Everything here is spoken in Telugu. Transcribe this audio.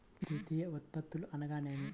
ద్వితీయ ఉత్పత్తులు అనగా నేమి?